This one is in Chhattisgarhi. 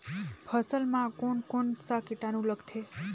फसल मा कोन कोन सा कीटाणु लगथे?